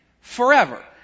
forever